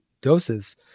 doses